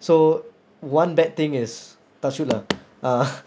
so one bad thing is touch wood lah uh